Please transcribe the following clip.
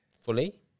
Fully